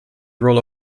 role